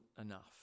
enough